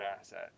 asset